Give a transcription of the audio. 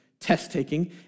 test-taking